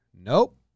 Nope